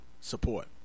Support